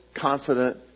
confident